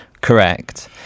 Correct